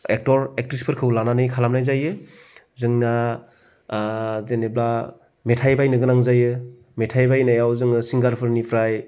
actor एकथ्रिसफोरखौ लानानै खालामनाय जायो जोंना जेनेबा मेथाइ बायनो गोनां जायो मेथाइ बायनायाव जोङो सिंगारफोरनिफ्राय